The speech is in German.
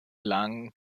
lang